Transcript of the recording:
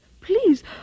please